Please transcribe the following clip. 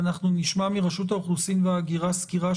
אנחנו נשמע מרשות האוכלוסין וההגירה סקירה,